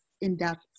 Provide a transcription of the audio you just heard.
in-depth